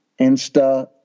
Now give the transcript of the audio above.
Insta